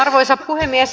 arvoisa puhemies